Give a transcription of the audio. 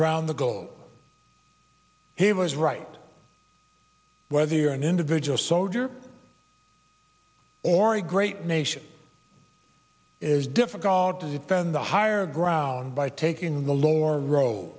around the gold he was right whether you're an individual soldier or a great nation is difficult to defend the higher ground by taking the l